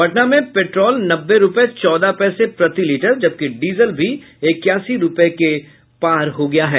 पटना में पेट्रोल नब्बे रूपये चौदह पैसे प्रति लीटर जबकि डीजल भी इक्यासी रूपये के पार हो गया है